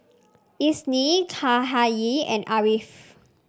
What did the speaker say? Isnin Cahaya and Ariff